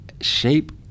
shape